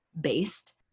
based